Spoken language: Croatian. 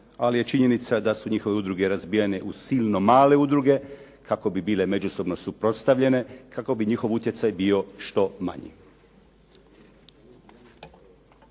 ali je činjenica da su njihove udruge razbijene u silno male udruge kako bi bile međusobno suprotstavljene, kako bi njihov utjecaj bio što manji.